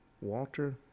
Walter